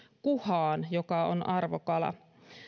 kuhaan joka on arvokala